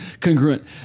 congruent